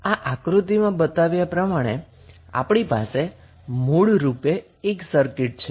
આ આકૃતિમાં બતાવ્યા પ્રમાણે આપણી પાસે મૂળ રૂપે એક સર્કિટ છે